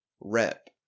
rep